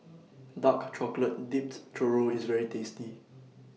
Dark Chocolate Dipped Churro IS very tasty